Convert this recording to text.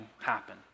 happen